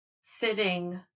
sitting